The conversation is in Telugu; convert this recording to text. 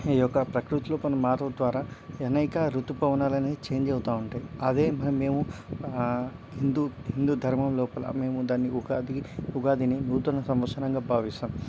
ఈ యొక్క ప్రకృతి లోపల మార్పు ద్వారా అనేక ఋతు పవనాలన్ని చేంజ్ అవుతూ ఉంటాయి అదే విధంగా మేము హిందూ హిందూ ధర్మం లోపల మేము దాన్ని ఉగాది ఉగాదిని నూతన సంవత్సరంగా భావిస్తాం